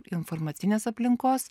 informacinės aplinkos